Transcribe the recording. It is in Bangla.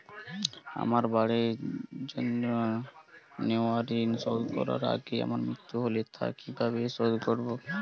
আমার বাড়ির জন্য নেওয়া ঋণ শোধ করার আগে আমার মৃত্যু হলে তা কে কিভাবে শোধ করবে?